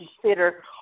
consider